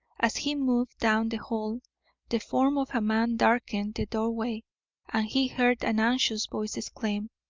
as he moved down the hall the form of a man darkened the doorway and he heard an anxious voice exclaim